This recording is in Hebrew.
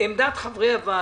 עמדת חברי הוועדה,